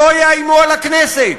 שלא יאיימו על הכנסת,